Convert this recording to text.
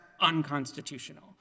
unconstitutional